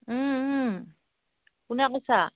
কোনে কৈছা